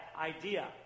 idea